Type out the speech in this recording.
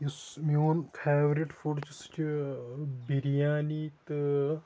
یُس میون favourite food چھُ سُہ چھُ بِریانی تہٕ